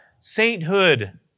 Sainthood